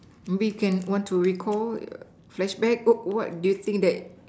maybe you can want to recall flashback what do you think that